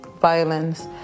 violence